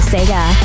Sega